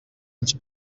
ens